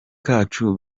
kacu